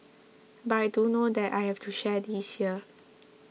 but I do know that I have to share this here